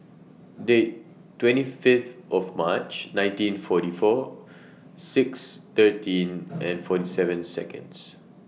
Date twenty Fifth of March nineteen forty four six thirteen and forty seven Seconds